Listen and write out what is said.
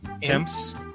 Imps